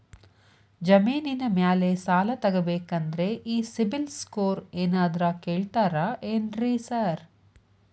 ಜಮೇನಿನ ಮ್ಯಾಲೆ ಸಾಲ ತಗಬೇಕಂದ್ರೆ ಈ ಸಿಬಿಲ್ ಸ್ಕೋರ್ ಏನಾದ್ರ ಕೇಳ್ತಾರ್ ಏನ್ರಿ ಸಾರ್?